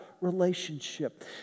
relationship